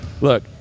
Look